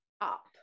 up